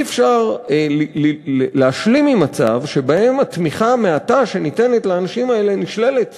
אי-אפשר להשלים עם מצב שבו התמיכה המעטה שניתנת לאנשים האלה נשללת